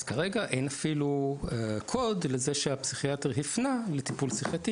אז כרגע אין אפילו קוד לזה שהפסיכיאטר הפנה לטיפול שיחתי,